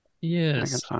Yes